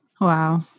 Wow